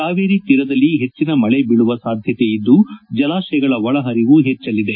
ಕಾವೇರಿ ಕೀರದಲ್ಲಿ ಪೆಟ್ಟಿನ ಮಳೆ ಬೀಳುವ ಸಾಧ್ಯತೆ ಇದ್ದು ಜಲಾಶಯಗಳ ಒಳಪರಿವು ಪೆಟ್ಟಲಿದೆ